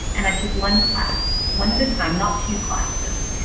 and i took one class. one at a time not two classes.